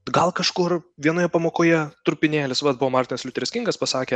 gal kažkur vienoje pamokoje trupinėlis vat buvo martinas liuteris kingas pasakė